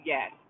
Yes